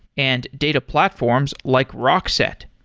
and data platforms like rockset.